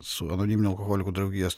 su anoniminių alkoholikų draugijos